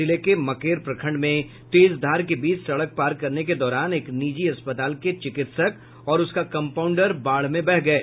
जिले के मकेर प्रखंड में तेज धार के बीच सड़क पार करने के दौरान एक निजी अस्पताल के चिकित्सक और उसका कम्पाउंडर बाढ़ में बह गये